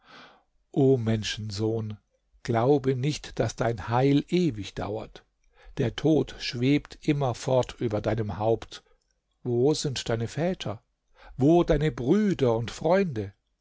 o menschensohn glaube nicht daß dein heil ewig dauert der tod schwebt immerfort über deinem haupt wo sind deine väter wo deine brüder und freunde